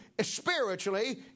spiritually